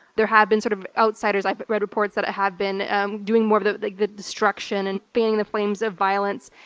there have been sort of outsiders. i've but read reports that ah have been doing more of like the the destruction, and fanning the flames of violence,